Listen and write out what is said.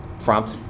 Prompt